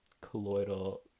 colloidal